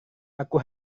aku